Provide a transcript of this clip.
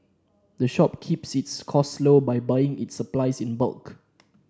the shop keeps its costs low by buying its supplies in bulk